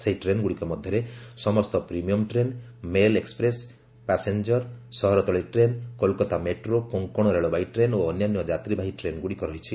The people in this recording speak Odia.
ସେହି ଟ୍ରେନ୍ଗୁଡ଼ିକ ମଧ୍ୟରେ ସମସ୍ତ premium train mail express passenger ସହରତଳି train Kolkata metro Konkan railway train ଓ ଅନ୍ୟାନ୍ୟ ଯାତ୍ରୀବାହୀ ଟ୍ରେନ୍ଗୁଡ଼ିକ ରହିଛି